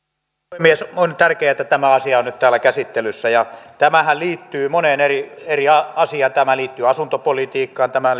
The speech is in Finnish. puhemies on tärkeää että tämä asia on nyt täällä käsittelyssä tämähän liittyy moneen eri eri asiaan tämä liittyy asuntopolitiikkaan tämä